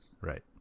Right